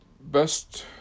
best